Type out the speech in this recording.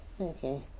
Okay